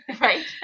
Right